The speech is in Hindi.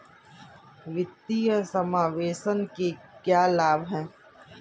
वित्तीय समावेशन के क्या लाभ हैं?